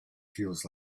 feels